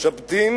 המשבטים